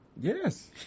Yes